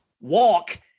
walk